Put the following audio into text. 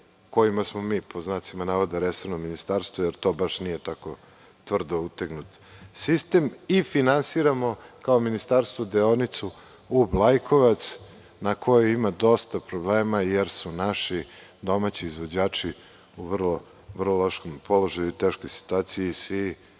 kojima smo mi resorno ministarstvo, jer to baš nije tako tvrdo utegnut sistem i finansiramo kao ministarstvo deonicu Ub – Lajkovac, na kojoj ima dosta problema. Naime, naši domaći izvođači su u vrlo lošem položaju i teškoj situaciji, svi